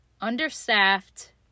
understaffed